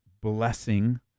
blessing